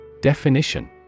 definition